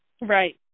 Right